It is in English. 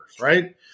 right